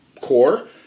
core